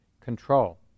control